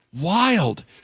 Wild